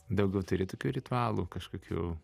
daugiau turi tokių ritualų kažkokių